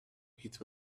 hit